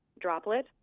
droplet